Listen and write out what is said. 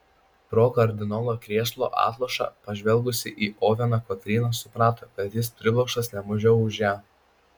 pro kardinolo krėslo atlošą pažvelgusi į oveną kotryna suprato kad jis priblokštas ne mažiau už ją